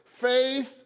faith